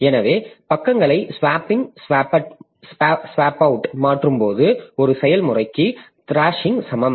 எனவே பக்கங்களை swap in swap out மாற்றும்போது ஒரு செயல்முறைக்கு த்ராஷிங் சமம்